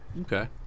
Okay